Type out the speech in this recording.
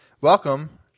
Welcome